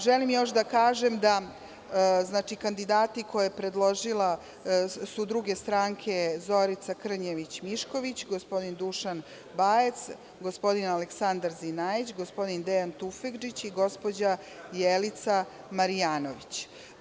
Želim još da kažem da kandidati koje su predložile druge stranke su: Zorica Krnjević Mišković, gospodin Dušan Bajac, gospodin Aleksandar Zinajić, gospodin Dejan Tufegđić i gospođa Jelica Marjanović.